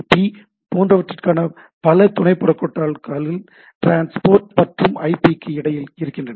B போன்றவற்றிற்கான பல துணை புரோட்டோக்கால டிரான்ஸ்போர்ட் மற்றும் ஐபிக்கு இடையில் இருக்கின்றன